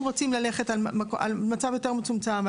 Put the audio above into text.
אם רוצים ללכת על מצב יותר מצומצם,